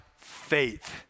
faith